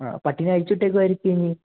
പട്ടിയെ അഴിച്ചുവിട്ടേക്കുകയായിരിക്കുമോ ഇനി